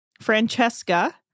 Francesca